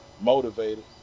motivated